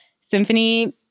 symphony